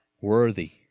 worthy